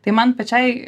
tai man pačiai